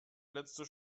letzte